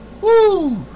Woo